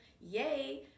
yay